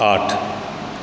आठ